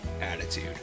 attitude